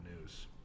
news